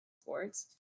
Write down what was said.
sports